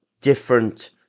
different